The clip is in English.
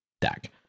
deck